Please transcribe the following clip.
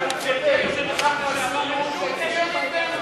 אבל הוא צודק, אנחנו עשינו, שיצביעו נגדנו,